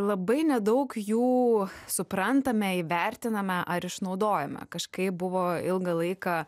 labai nedaug jų suprantame įvertiname ar išnaudojame kažkaip buvo ilgą laiką